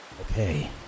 Okay